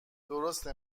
درسته